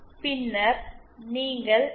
பின்னர் நீங்கள் எக்ஸ்